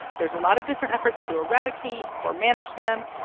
there's a lot of different efforts to eradicate or manage them,